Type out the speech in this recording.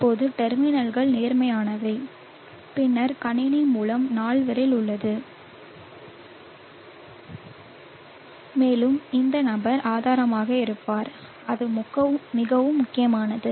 இப்போது டெர்மினல்கள் நேர்மறையானவை பின்னர் கணினி முதல் நால்வரில் உள்ளது மேலும் இந்த நபர் ஆதாரமாக இருப்பார் அது மிகவும் முக்கியமானது